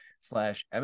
slash